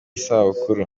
sabukuru